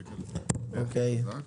השקל חזק.